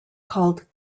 called